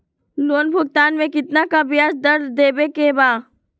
Loan भुगतान में कितना का ब्याज दर देवें के बा?